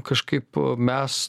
kažkaip mes